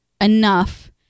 enough